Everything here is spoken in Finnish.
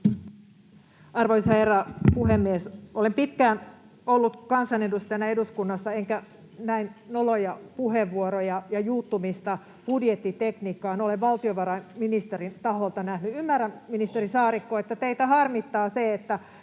Arvoisa herra puhemies! Olen pitkään ollut kansanedustajana eduskunnassa, enkä näin noloja puheenvuoroja ja juuttumista budjettitekniikkaan ole valtiovarainministerin taholta nähnyt. [Eduskunnasta: Ohhoh!] Ymmärrän, ministeri Saarikko, että teitä harmittaa se, että